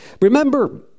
Remember